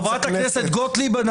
חברת הכנסת גוטליב,